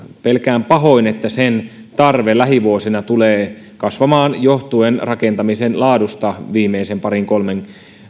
pelkään pahoin että sen tarve lähivuosina tulee kasvamaan johtuen rakentamisen laadusta viimeisen parin kolmen